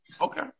Okay